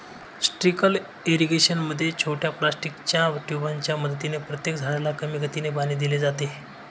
trickle irrigation मध्ये छोट्या प्लास्टिकच्या ट्यूबांच्या मदतीने प्रत्येक झाडाला कमी गतीने पाणी दिले जाते